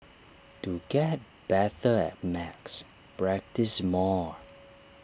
to get better at maths practise more